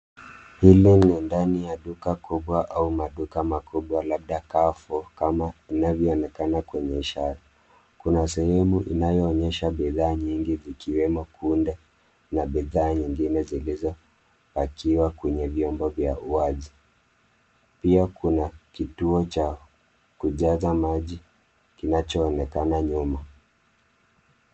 Hili ni ndani ya duka kubwa au maduka makubwa labda dakavu kama inavyoonekana kwemye ishara. Kuna sehemu inayoonesha bidhaa nyingi zikiwemo kunde na bidhaa nyingine zilizopakiwa kwenye vyombo za wazi. Pia kuna kituo cha kujaza maji kinachoonekana nyuma.